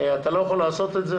'אתה לא יכול לעשות את זה